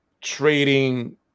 trading